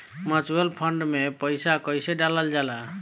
Mutual fund मे पईसा कइसे डालल जाला?